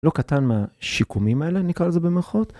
לא קטן מהשיקומים האלה נקרא לזה במירכאות.